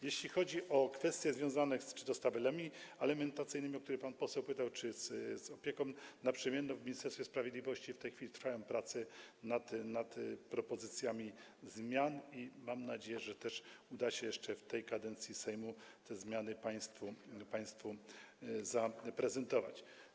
Jeśli chodzi o kwestie związane czy to z tabelami alimentacyjnymi, o które pan poseł pytał, czy to z opieką naprzemienną, w Ministerstwie Sprawiedliwości w tej chwili trwają prace nad propozycjami zmian i mam nadzieję, że uda się jeszcze w tej kadencji Sejmu te zmiany państwu zaprezentować.